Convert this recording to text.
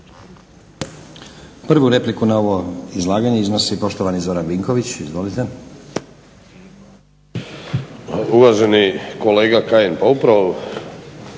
Prvu repliku na ovo izlaganje iznosi poštovani Zoran Vinković. Izvolite. **Vinković, Zoran